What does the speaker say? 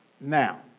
Now